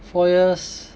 four years